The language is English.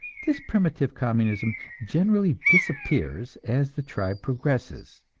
this primitive communism generally disappears as the tribe progresses.